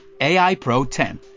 AIPRO10